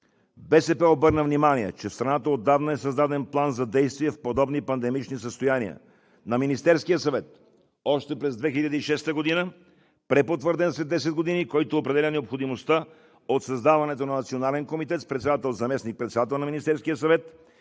БСП обърна внимание, че в страната е създаден план за действие в подобни пандемични състояния на Министерския съвет – още през 2006 г., препотвърден след 10 години, който определя необходимостта от създаването на Национален комитет с председател заместник-председателят на Министерския съвет,